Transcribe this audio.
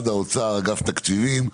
האוצר, אגף תקציבים.